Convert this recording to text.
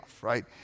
right